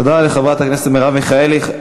תודה לחברת הכנסת מרב מיכאלי.